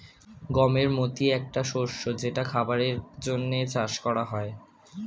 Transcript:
গমের মতি একটা শস্য যেটা খাবারের জন্যে চাষ করা হয়